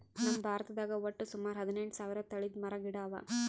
ನಮ್ ಭಾರತದಾಗ್ ವಟ್ಟ್ ಸುಮಾರ ಹದಿನೆಂಟು ಸಾವಿರ್ ತಳಿದ್ ಮರ ಗಿಡ ಅವಾ